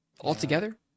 altogether